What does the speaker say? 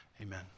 Amen